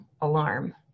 alarm